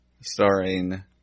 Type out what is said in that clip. starring